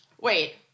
Wait